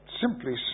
simply